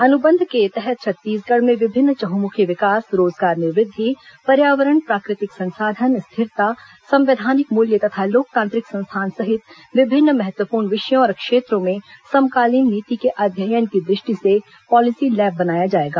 अनुबंध के तहत छत्तीसगढ़ में विभिन्न चहुंमुखी विकास रोजगार में वृद्धि पर्यावरण प्राकृतिक संसाधन स्थिरता संवैधानिक मूल्य तथा लोकतांत्रिक संस्थान सहित विभिन्न महत्वपूर्ण विषयों और क्षेत्रों में समकालीन नीति के अध्ययन की दृष्टि से पॉलिसी लेब बनाया जाएगा